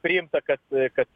priimta kad kad